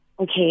Okay